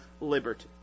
liberty